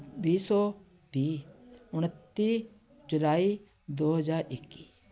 ਵੀਹ ਸੌ ਵੀਹ ਉਣੱਤੀ ਜੁਲਾਈ ਦੋ ਹਜ਼ਾਰ ਇੱਕੀ